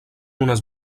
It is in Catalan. unes